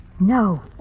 No